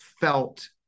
felt